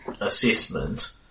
assessment